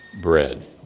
bread